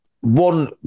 One